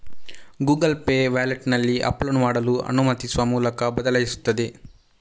Google Pay ವ್ಯಾಲೆಟಿನಲ್ಲಿ upload ಮಾಡಲು ಅನುಮತಿಸುವ ಮೂಲಕ ಬದಲಾಯಿಸುತ್ತದೆ